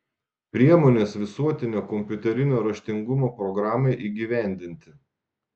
priemonės visuotinio kompiuterinio raštingumo programai įgyvendinti